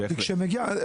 נכון, בהחלט.